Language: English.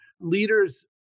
leaders